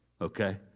Okay